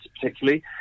particularly